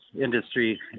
industry